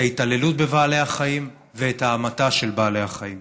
את ההתעללות בבעלי החיים ואת ההמתה של בעלי החיים.